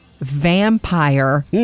vampire